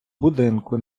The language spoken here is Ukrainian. будинку